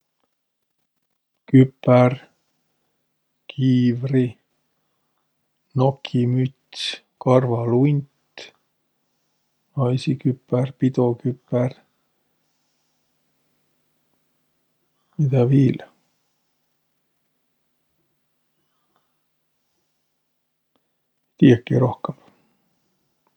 Küpär, kiivri, nokimüts, karvalunt, naisiküpär, pidoküpär. Midä viil? Ei tiiäki rohkõmb.